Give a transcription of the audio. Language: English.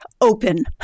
open